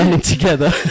together